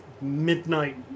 Midnight